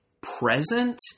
present